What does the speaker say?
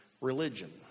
religion